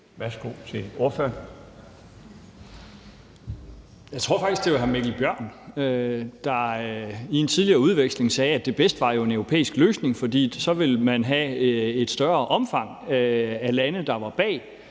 Schack Pedersen (V): Jeg tror faktisk, det var hr. Mikkel Bjørn, der i en tidligere udveksling sagde, at det bedste jo var en europæisk løsning, for så ville man have et større antal af lande, der var bag,